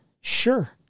sure